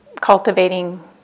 cultivating